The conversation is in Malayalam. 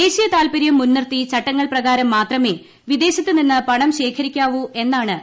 ദേശീയ താൽപ്പര്യം മുൻനിർത്തി ചട്ടങ്ങൾ പ്രകാരം മാത്രമേ വിദേശത്ത് നിന്ന് പണം ശേഖരിക്കാവൂ എന്നാണ് നിയമം